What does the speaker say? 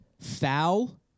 foul